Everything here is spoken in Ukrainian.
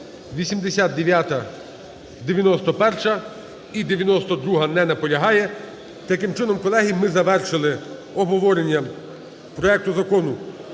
89-а. 91-а і 92-а. Не наполягає. Таким чином, колеги, ми завершили обговорення проекту Закону